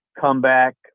comeback